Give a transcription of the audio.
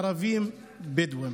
בדואים.